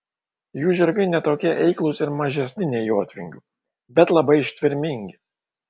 jų žirgai ne tokie eiklūs ir mažesni nei jotvingių bet labai ištvermingi